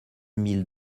mille